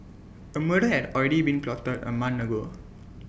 A murder had already been plotted A month ago